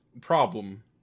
problem